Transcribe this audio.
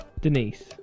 Denise